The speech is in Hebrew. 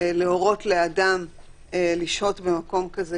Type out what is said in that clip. להורות לאדם לשהות במקום כזה,